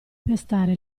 pestare